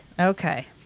Okay